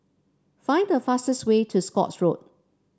find the fastest way to Scotts Road